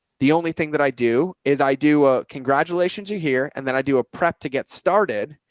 the only thing that i do is i do a congratulations. you're here and then i do a prep to get started.